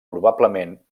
probablement